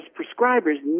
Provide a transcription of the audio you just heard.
prescribers